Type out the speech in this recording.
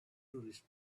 tourists